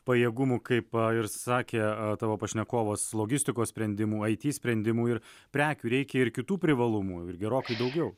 pajėgumų kaip ir sakė tavo pašnekovas logistikos sprendimų it sprendimų ir prekių reikia ir kitų privalumų ir gerokai daugiau